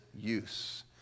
use